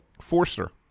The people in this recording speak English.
Forster